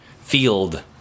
field